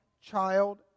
child